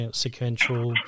sequential